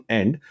end